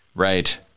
Right